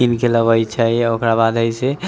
कीनके लबै छै ओकर बाद ओहिसँ